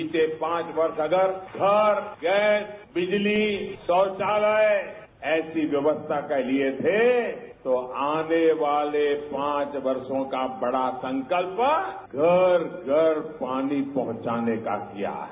बीते पांच वर्ष अगर घर गैस बिजली शौचालय ऐसी व्यवस्था के लिए थे तो आने वाले पांच वर्षों का बड़ा संकल्प घर घर पानी पहुंचाने का किया है